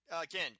Again